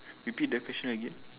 repeat the question again